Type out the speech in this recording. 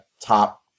Top